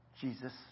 Jesus